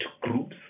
groups